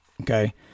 Okay